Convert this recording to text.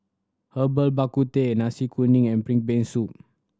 Herbal Bak Ku Teh Nasi Kuning and ping brain soup